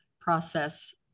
process